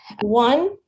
One